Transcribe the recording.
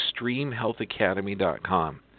ExtremeHealthAcademy.com